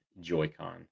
Joy-Con